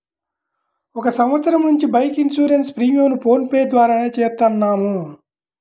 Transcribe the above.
ఒక సంవత్సరం నుంచి బైక్ ఇన్సూరెన్స్ ప్రీమియంను ఫోన్ పే ద్వారానే చేత్తన్నాం